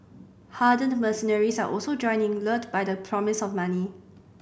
hardened mercenaries are also joining lured by the promise of money